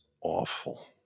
awful